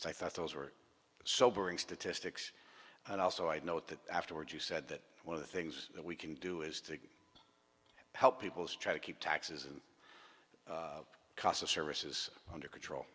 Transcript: so i thought those were sobering statistics and also i note that afterwards you said that one of the things that we can do is to help people is try to keep taxes and the cost of services under control